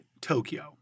Tokyo